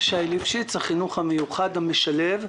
אני מהחינוך המיוחד המשלב,